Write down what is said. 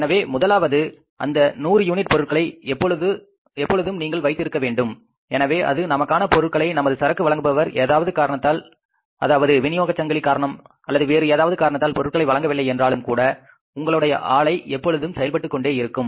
எனவே முதலாவது அந்த 100 யூனிட் பொருட்களை எப்பொழுதும் நீங்கள் வைத்திருக்க வேண்டும் எனவே அது நமக்கான பொருட்களை நமது சரக்கு வழங்குபவர் ஏதாவது காரணத்தால் அதாவது விநியோகச் சங்கிலி காரணம் அல்லது வேறு ஏதாவது காரணத்தால் பொருட்களை வழங்கவில்லை என்றாலும் கூட உங்களுடைய ஆளை எப்பொழுதும் செயல்பட்டுக் கொண்டே இருக்கும்